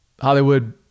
Hollywood